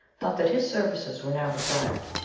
thought that his services were now required,